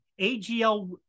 AGL